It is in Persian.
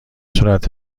صورت